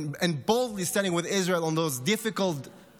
and boldly standing with Israel on those difficult days,